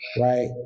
right